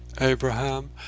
Abraham